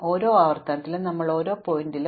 ഓരോ ആവർത്തനത്തിലും ഞങ്ങൾ ഒരു ശീർഷകം കത്തിച്ചു